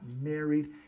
married